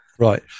Right